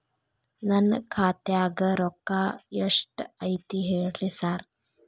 ನನ್ ಖಾತ್ಯಾಗ ರೊಕ್ಕಾ ಎಷ್ಟ್ ಐತಿ ಹೇಳ್ರಿ ಸಾರ್?